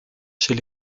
chez